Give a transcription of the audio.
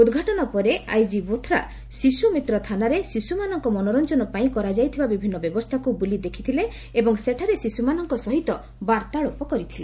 ଉଦ୍ଘାଟନ ପରେ ଆଇଜି ବୋଥ୍ରା ଶିଶୁମିତ୍ର ଥାନାରେ ଶିଶୁମାନଙ୍କ ମନୋରଂଜନ ପାଇଁ କରାଯାଇଥିବା ବିଭିନ୍ଦ ବ୍ୟବସ୍ରାକୁ ବୁଲି ଦେଖିଥିଲେ ଏବଂ ସେଠାରେ ଶିଶୁମାନଙ୍ଙ ସହିତ ବାର୍ତ୍ତାଳାପ କରିଥିଲେ